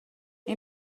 این